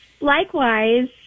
Likewise